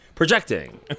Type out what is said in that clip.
Projecting